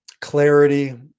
Clarity